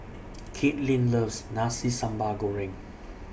Katelin loves Nasi Sambal Goreng